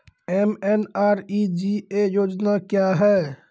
MNREGA योजना क्या हैं?